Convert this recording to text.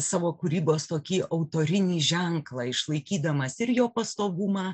savo kūrybos tokį autorinį ženklą išlaikydamas ir jo pastovumą